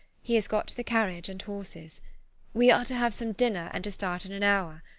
he has got the carriage and horses we are to have some dinner, and to start in an hour.